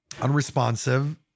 unresponsive